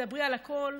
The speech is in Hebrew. תדברי על הכול,